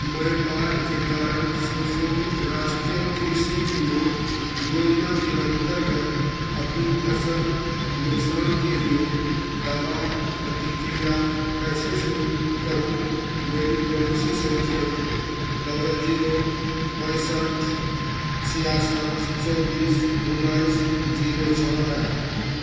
मैं बाढ़ के कारण संशोधित राष्ट्रीय कृषि बीमा योजना के अंतर्गत अपनी फसल नुकसान के लिए दावा प्रतिक्रिया कैसे शुरू करूँ मेरी पॉलिसी संख्या डबल जीरो पैंसठ छियासठ चौबीस उन्नीस जीरो छः है